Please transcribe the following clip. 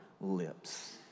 lips